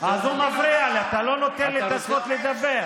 הוא מפריע לי, אתה לא נותן לי את הזכות לדבר.